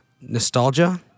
nostalgia